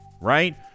right